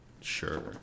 Sure